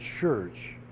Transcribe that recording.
church